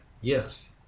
Yes